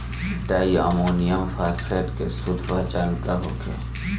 Di ammonium phosphate के शुद्ध पहचान का होखे?